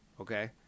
Okay